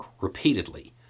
repeatedly